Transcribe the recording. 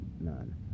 None